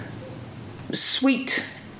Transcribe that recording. sweet